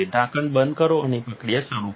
ઢાંકણ બંધ કરો અને પ્રક્રિયા શરૂ કરો